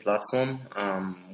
platform